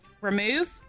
remove